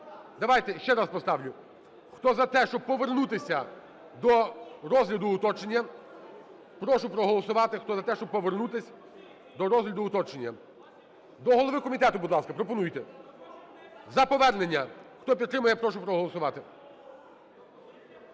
Давайте, ще раз поставлю. Хто за те, щоб повернутися до розгляду уточнення, прошу проголосувати. Хто за те, щоб повернутись до розгляду уточнення. До голови комітету, будь ласка, пропонуйте. За повернення, хто підтримує, прошу проголосувати.